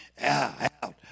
out